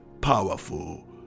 powerful